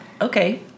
Okay